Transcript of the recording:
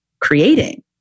creating